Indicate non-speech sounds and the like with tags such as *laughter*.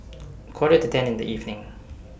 *noise* Quarter to ten in The evening